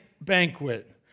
banquet